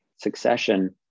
succession